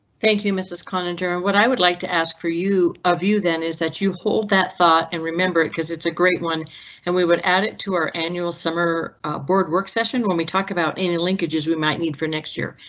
thank you mrs conjure what i would like to ask for you of you then is that you hold that thought and remember it cause it's a great one and we would add it to our annual summer board work session when we talk about any linkages we might need for next year.